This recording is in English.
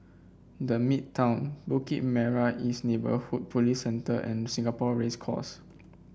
The Midtown Bukit Merah East Neighbourhood Police Centre and Singapore Race Course